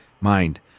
mind